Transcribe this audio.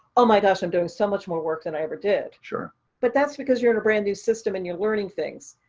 oh, my gosh, i'm doing so much more work than i ever did. but that's because you're in a brand new system and you're learning things.